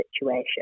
situation